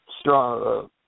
strong